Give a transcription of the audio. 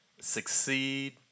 succeed